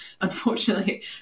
unfortunately